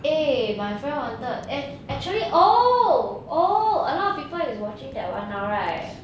eh my friend wanted eh actually oh oh a lot of people is watching that are now right